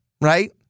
Right